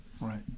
Right